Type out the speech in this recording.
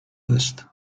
list